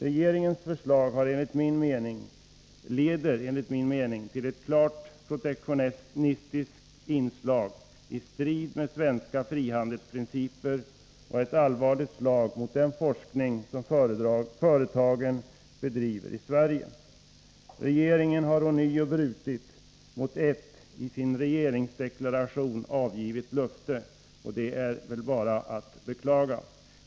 Regeringens förslag leder enligt min mening till ett klart protektionistiskt inslag i strid med svenska frihandelsprinciper och är ett allvarligt slag mot den forskning som företagen bedriver i Sverige. Regeringen har ånyo brutit mot ett i regeringsdeklarationen avgivet löfte. Det är bara att beklaga.